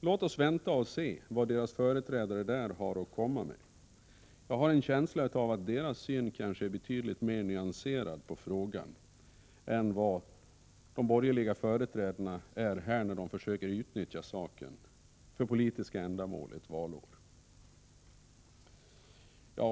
Låt oss vänta och se vad deras företrädare där har att komma med! Jag har en känsla av att deras syn på frågan kan vara betydligt mer nyanserad än den som de borgerliga talarna här visar upp när de försöker utnyttja saken för politiska ändamål ett valår.